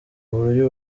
buryo